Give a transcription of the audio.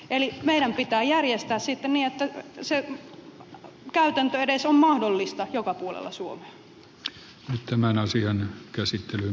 eli meidän pitää järjestää sitten niin että se käytäntö on edes mahdollinen joka puolella suomea